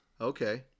Okay